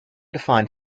define